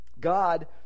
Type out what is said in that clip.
God